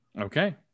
Okay